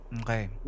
Okay